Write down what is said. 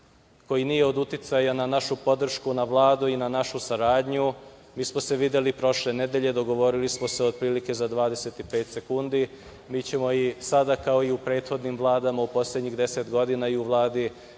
koji nije od uticaja na našu podršku na Vladu i na našu saradnju. Mi smo se videli prošle nedelje, dogovorili smo se otprilike za 25 sekundi. Mi ćemo i sada, kao i u prethodnim Vladama u poslednjih 10 godina, i u Vladi